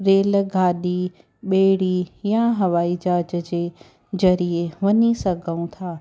रेलगाॾी ॿेड़ी या हवाई जहाज जे ज़रिए वञी सघूं था